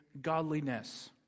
godliness